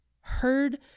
heard